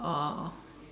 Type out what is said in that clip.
oh